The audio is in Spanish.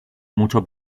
mucho